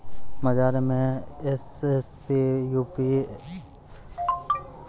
बाजार मे एस.एस.पी, एम.पी.के आरु यूरिया छैय, एकरा कैना देलल जाय कि फसल अच्छा हुये?